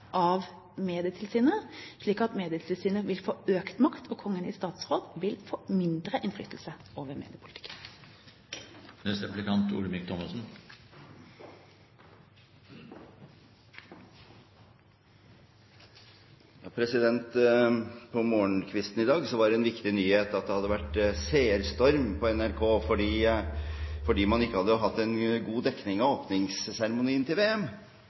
av Medietilsynet, slik at Medietilsynet vil få økt makt, og Kongen i statsråd vil få mindre innflytelse over mediepolitikken. På morgenkvisten i dag var det en viktig nyhet at det hadde vært seerstorm på NRK fordi man ikke hadde hatt en god dekning av åpningsseremonien til VM.